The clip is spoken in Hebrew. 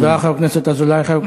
תודה, חבר הכנסת אזולאי.